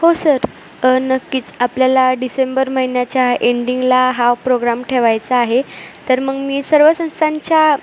हो सर नक्कीच आपल्याला डिसेंबर महिन्याच्या एंडिंगला हा प्रोग्राम ठेवायचा आहे तर मग मी सर्व संस्थांच्या